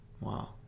Wow